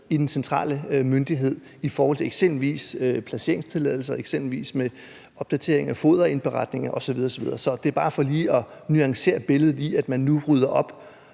i den centrale myndighed i forhold til eksempelvis placeringstilladelser, eksempelvis med opdatering af foderindberetninger osv. osv. Det er bare for lige at nuancere billedet af, at man nu rydder op